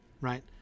Right